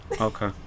Okay